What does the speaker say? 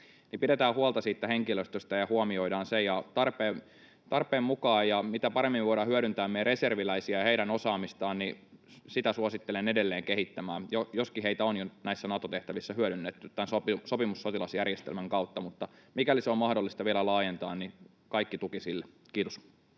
pidetään huolta siitä henkilöstöstä ja huomioidaan se tarpeen mukaan. Ja mitä paremmin voidaan hyödyntää meidän reserviläisiämme ja heidän osaamistaan, niin sitä suosittelen edelleen kehittämään, joskin heitä on jo näissä Nato-tehtävissä hyödynnetty tämän sopimussotilasjärjestelmän kautta, mutta mikäli sitä on mahdollista vielä laajentaa, niin kaikki tuki sille. — Kiitos.